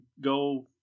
go